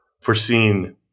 foreseen